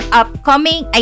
upcoming